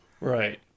Right